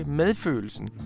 medfølelsen